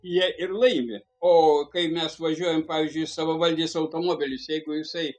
jie ir laimi o kai mes važiuojam pavyzdžiui savavaldžiais automobiliais jeigu jisai